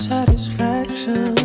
Satisfaction